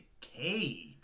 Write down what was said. Cage